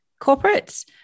corporates